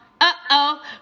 uh-oh